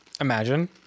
Imagine